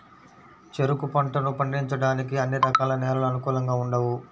చెరుకు పంటను పండించడానికి అన్ని రకాల నేలలు అనుకూలంగా ఉండవు